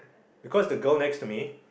because the girl next to me